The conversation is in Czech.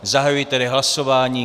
Zahajuji tedy hlasování.